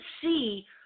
see